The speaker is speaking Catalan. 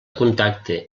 contacte